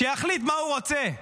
שיחליט מה הוא רוצה: